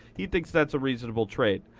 he thinks that's a reasonable trade.